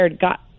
got